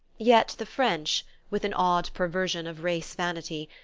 yet the french, with an odd perversion of race-vanity,